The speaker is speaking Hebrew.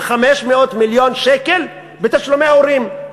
של 500 מיליון שקל בתשלומי הורים,